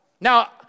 Now